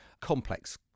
complex